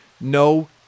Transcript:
No